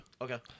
Okay